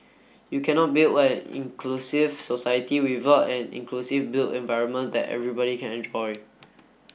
you cannot build an inclusive society without an inclusive built environment that everybody can enjoy